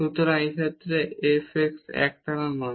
সুতরাং এই ক্ষেত্রে এই f x একটানা নয়